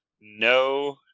No